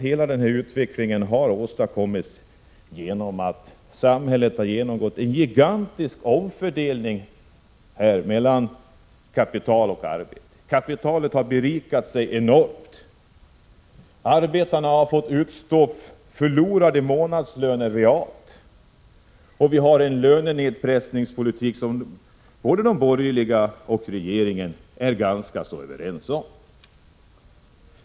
Hela denna utveckling har åstadkommits genom en gigantisk omfördelning mellan kapital och arbete i samhället. Kapitalet har berikat sig enormt. Arbetarna har fått utstå att månadslöner realt har gått förlorade. Vi har en lönenedpressningspolitik som både de borgerliga och regeringen är ganska så överens om.